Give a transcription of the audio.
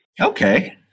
Okay